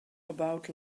about